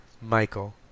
Michael